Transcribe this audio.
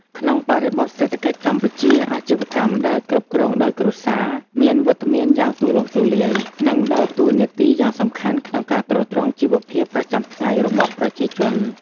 ក្នុងបរិបទសេដ្ឋកិច្ចកម្ពុជា អាជីវកម្មដែលគ្រប់គ្រងដោយគ្រួសារ មានវត្តមានយ៉ាងទូលំទូលាយ និងដើរតួនាទីយ៉ាងសំខាន់ក្នុងការទ្រទ្រង់ជីវភាពប្រចាំថ្ងៃរបស់ប្រជាជន។